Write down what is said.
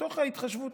מתוך ההתחשבות.